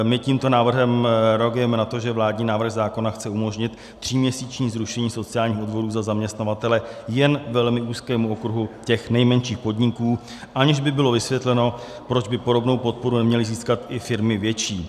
My tímto návrhem reagujeme na to, že vládní návrh zákona chce umožnit tříměsíční zrušení sociálních odvodů za zaměstnavatele jen velmi úzkému okruhu těch nejmenších podniků, aniž by bylo vysvětleno, proč by podobnou podporu neměly získat i firmy větší.